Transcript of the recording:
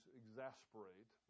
exasperate